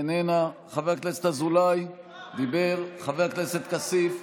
איננה, חבר הכנסת אזולאי, דיבר, חבר הכנסת כסיף,